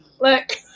Look